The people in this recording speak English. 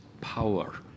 power